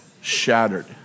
shattered